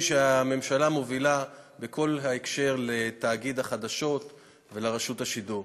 שהממשלה מובילה בכל ההקשר של תאגיד החדשות ורשות השידור.